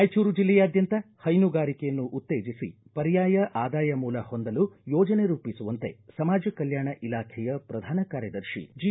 ರಾಯಚೂರು ಜಿಲ್ಲೆಯಾದ್ಯಂತ ಹೈನುಗಾರಿಕೆಯನ್ನು ಉತ್ತೇಜಿಸಿ ಪರ್ಯಾಯ ಆದಾಯ ಮೂಲ ಹೊಂದಲು ಯೋಜನೆ ರೂಪಿಸುವಂತೆ ಸಮಾಜ ಕಲ್ಲಾಣ ಇಲಾಖೆಯ ಪ್ರಧಾನ ಕಾರ್ಯದರ್ಶಿ ಜಿ